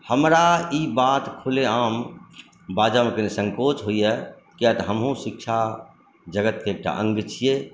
हमरा ई बात खुलेआम बाजयमे कनि संकोच होइए कियाक तऽ हमहूँ शिक्षा जगतके एकटा अङ्ग छियै